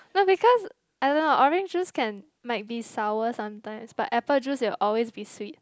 no because I don't know orange juice can might be sour sometimes but apple juice will always be sweet